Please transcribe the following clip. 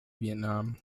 vietnam